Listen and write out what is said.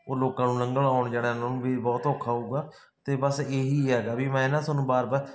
ਉਹ ਲੋਕਾਂ ਨੂੰ ਲੰਘਣ ਆਉਣ ਜਾਣ ਨੂੰ ਵੀ ਬਹੁਤ ਔਖਾ ਹੋਊਗਾ ਅਤੇ ਬਸ ਇਹੀ ਹੈਗਾ ਵੀ ਮੈਂ ਨਾ ਤੁਹਾਨੂੰ ਬਾਰ ਬਾਰ